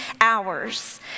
Hours